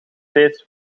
steeds